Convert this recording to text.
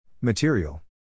Material